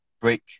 break